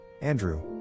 Andrew